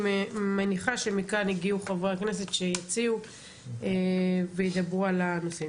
מניחה שמכאן הגיעו חברי הכנסת שיציעו וידברו על הנושא.